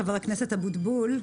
חבר הכנסת אבוטבול,